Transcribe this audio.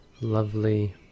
lovely